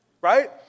right